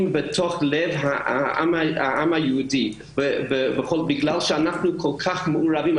את לב העם היהודי כי אנחנו כל כך מעורבים.